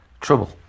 trouble